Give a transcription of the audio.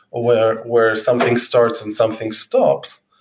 ah where where something starts and something stops.